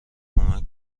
کمک